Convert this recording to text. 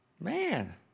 Man